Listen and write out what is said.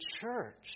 church